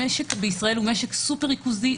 המשק בישראל הוא סופר ריכוזי.